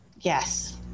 Yes